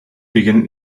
beginning